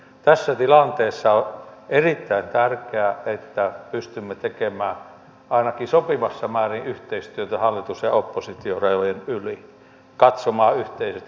tässä tilanteessa on erittäin tärkeää että pystymme tekemään ainakin sopivassa määrin yhteistyötä hallitus ja oppositiorajojen yli katsomaan yhteisesti